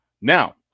now